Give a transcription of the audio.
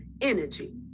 Energy